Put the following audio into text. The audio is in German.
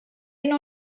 hin